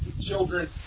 children